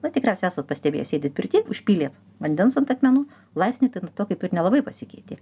na tikriausiai esat pastebėję sėdit pirty užpylėt vandens ant akmenų laipsniai tai nuo to kaip ir nelabai pasikeitė